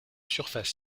surface